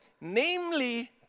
namely